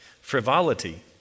Frivolity